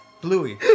Bluey